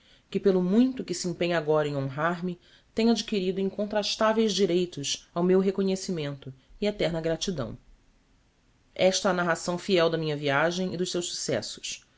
que pelo muito que se empenha agora em honrar me tem adquirido incontrastaveis direitos ao meu reconhecimento e eterna gratidão esta a narração fiel da minha viagem e dos seus successos